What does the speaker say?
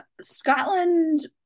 Scotland